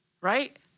right